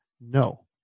No